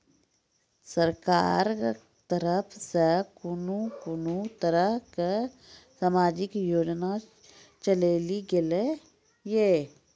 सरकारक तरफ सॅ कून कून तरहक समाजिक योजना चलेली गेलै ये?